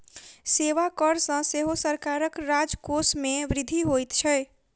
सेवा कर सॅ सेहो सरकारक राजकोष मे वृद्धि होइत छै